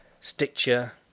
Stitcher